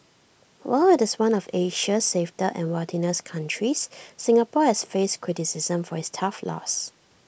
while IT is one of Asia's safest and wealthiest countries Singapore has faced criticism for its tough laws